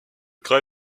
kraï